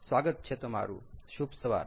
સ્વાગત છે તમારું શુભ સવાર